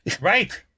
Right